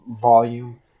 volume